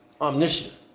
omniscient